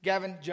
Gavin